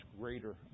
greater